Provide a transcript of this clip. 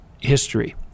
history